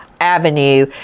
Avenue